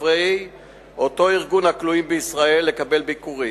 חברי אותו ארגון הכלואים בישראל לקבל ביקורים.